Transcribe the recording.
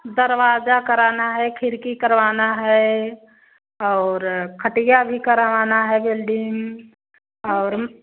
दरवाज़ा कराना है खिड़की करवाना है और खटिया भी करवाना है वेल्डिंग और